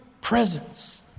presence